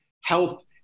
health